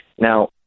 Now